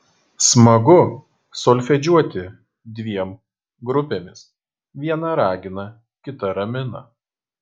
smagu solfedžiuoti dviem grupėmis viena ragina kita ramina